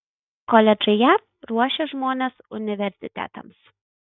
koledžai jav ruošia žmones universitetams